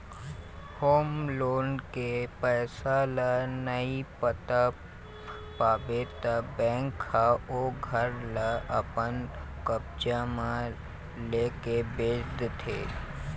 home loan के पइसा ल नइ पटा पाबे त बेंक ह ओ घर ल अपन कब्जा म लेके बेंच देथे